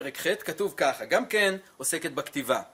פרק ח' כתוב ככה, גם כן עוסקת בכתיבה.